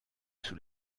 sous